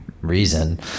reason